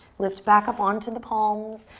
lift back up onto the palms,